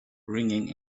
ringing